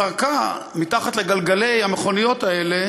זרקה מתחת לגלגלי המכוניות האלה